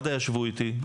מד"א ישבו איתי.